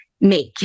make